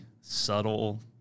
subtle